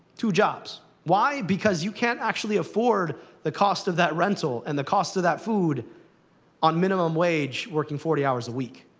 two jobs. why? because you can't actually afford the cost of that rental and the cost of that food on minimum wage working forty hours a week.